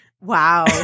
Wow